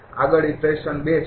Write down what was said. આગળ ઇટરેશન ૨ છે